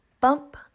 Bump